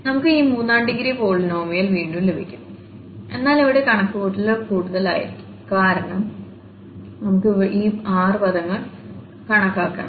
നമുക്ക് ഈ മൂന്നാം ഡിഗ്രി പോളിനോമിയൽ വീണ്ടും ലഭിക്കും എന്നാൽ ഇവിടെ കണക്കുകൂട്ടലുകൾ കൂടുതലായിരിക്കും കാരണം നമുക്ക് ഈ 6 പദങ്ങൾ കണക്കാക്കണം